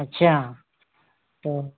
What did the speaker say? अच्छा तो